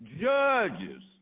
judges